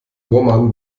bohrmann